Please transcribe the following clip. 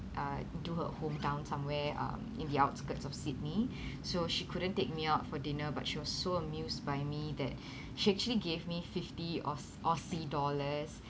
uh to her hometown somewhere um in the outskirts of sydney so she couldn't take me out for dinner but she was so amused by me that she actually gave me fifty aus~ aussie dollars